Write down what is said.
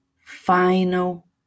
final